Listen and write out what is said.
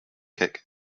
kick